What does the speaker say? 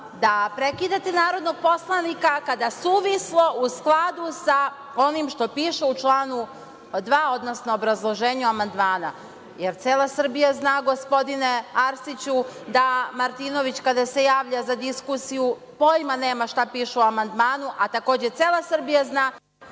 da prekidate narodnog poslanika kada su… u skladu sa onim što piše u članu 2. odnosno obrazloženje amandmana, jer cela Srbija zna gospodine Arsiću da Martinović kada se javlja za diskusiju pojma nema šta piše u amandmanu, a takođe cela Srbija zna